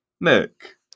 Nick